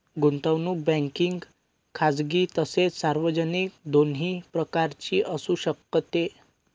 गुंतवणूक बँकिंग खाजगी तसेच सार्वजनिक दोन्ही प्रकारची असू शकते